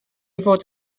fod